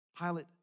Pilate